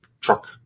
truck